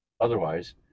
Otherwise